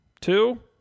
two